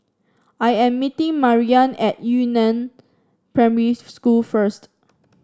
I am meeting Merilyn at Yu Neng Primary School first